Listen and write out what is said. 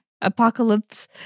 apocalypse